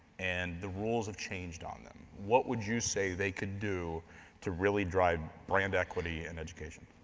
and the rules have changed on them. what would you say they could do to really drive brand equity and education?